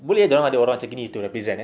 boleh dorang ada orang macam gini to represent eh